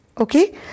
Okay